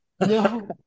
No